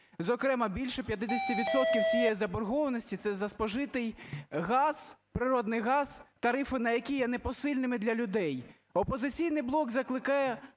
Зокрема, більше 50 відсотків цієї заборгованості – це за спожитий газ, природний газ, тарифи на який є непосильними для людей. "Опозиційний блок" закликає